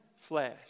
flesh